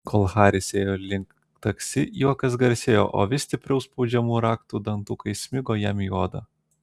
kol haris ėjo link taksi juokas garsėjo o vis stipriau spaudžiamų raktų dantukai smigo jam į odą